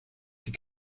die